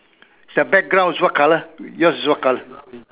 the background is that colour yours is what colour